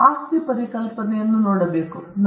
ನಾವು ಆಸ್ತಿ ಪರಿಕಲ್ಪನೆಯನ್ನು ನೋಡಬೇಕು